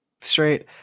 straight